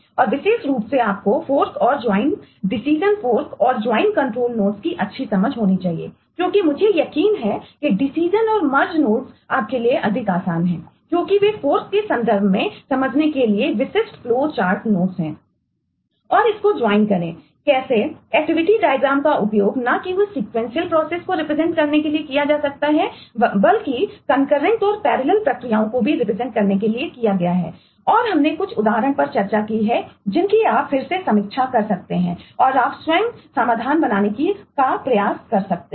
और इसको ज्वाइन करने के लिए किया गया है और हमने कुछ उदाहरणों पर चर्चा की है जिनकी आप फिर से समीक्षा कर सकते हैं और आप स्वयं समाधान बनाने का प्रयास कर सकते हैं